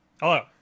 Hello